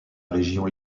région